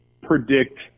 predict